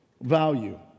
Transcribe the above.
Value